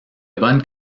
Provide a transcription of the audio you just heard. bonnes